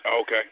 Okay